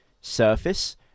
surface